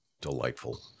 delightful